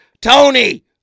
Tony